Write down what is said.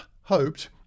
hoped